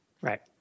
Right